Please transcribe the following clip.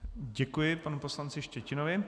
Děkuji panu poslanci Štětinovi.